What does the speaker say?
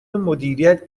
مدیریت